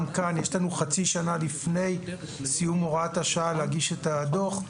גם כאן יש לנו חצי שנה לפני סיום הוראת השעה להגיש את הדוח,